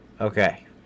Okay